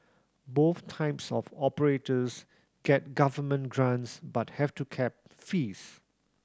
both types of operators get government grants but have to cap fees